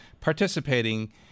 participating